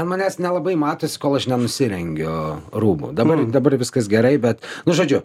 ant manęs nelabai matosi kol aš nenusirengiu rūbų dabar dabar viskas gerai bet nu žodžiu